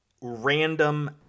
random